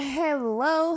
hello